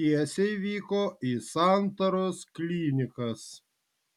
tiesiai vyko į santaros klinikas